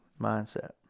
mindset